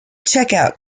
checkout